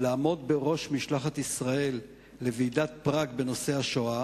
לעמוד בראש משלחת ישראל לוועידת פראג בנושא השואה